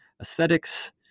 aesthetics